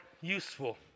useful